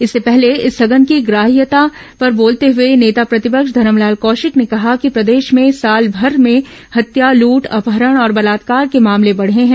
इससे पहले स्थगन की ग्राहृता पर बोलते हुए नेता प्रतिपक्ष धरमलाल कौशिक ने कहा कि प्रदेश में साल भर में हत्या लूट अपहरण और बलात्कार के मामले बढ़े हैं